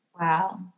Wow